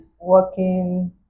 working